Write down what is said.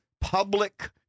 public